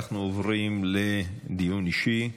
אנחנו עוברים לדיון אישי.